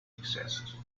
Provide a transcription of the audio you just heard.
exist